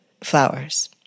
flowers